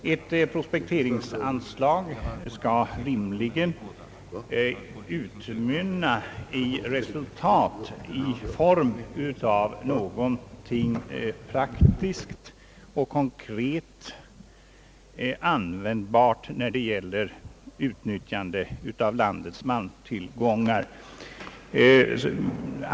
Ett prospekteringsanslag skall rimligen utmynna i resultat i form av någonting praktiskt och konkret användbart när det gäller utnyttjande av landets malmtillgångar.